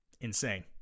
Insane